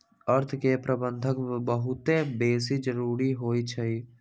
अर्थ के प्रबंधन बहुते बेशी जरूरी होइ छइ